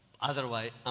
Otherwise